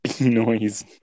Noise